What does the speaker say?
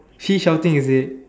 she shouting is it